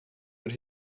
but